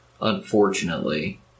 unfortunately